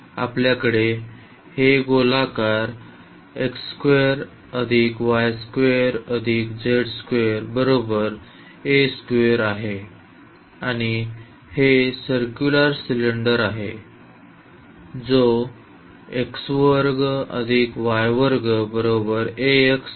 आपल्याकडे हे गोलाकार आहे आणि हे सर्क्युलर सिलेंडर आहे जो आहे